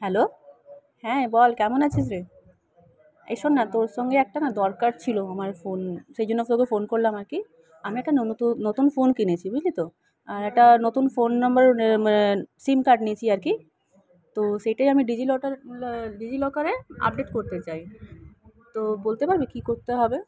hello হ্যাঁ বল কেমন আছিস রে এই শোন না তোর সঙ্গে একটা না দরকার ছিল আমার ফোন সেই জন্য তোকে ফোন করলাম আর কি আমি না একটা নতুন ফোন কিনেছি বুঝলি তো আর একটা নতুন ফোন নম্বর সিম কার্ড নিয়েছি আর কি তো সেটাই আমি ডিজি লকারে আপডেট করতে চাই তো বলতে পারবি কী করতে হবে